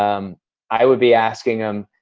um i would be asking them,